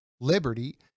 liberty